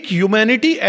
humanity